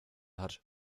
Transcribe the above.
hat